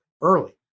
early